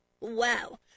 Wow